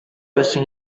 байсан